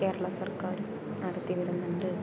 കേരള സർക്കാരും നടത്തി വരുന്നുണ്ട്